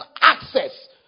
access